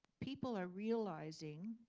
people are realizing